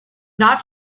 not